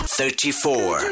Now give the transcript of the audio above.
thirty-four